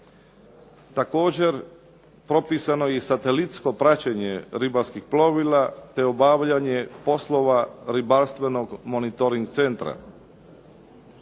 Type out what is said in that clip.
Također, propisano je i satelitsko praćenje ribarskih plovila te obavljanje poslova ribarstvenog monitoring centra.